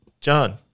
John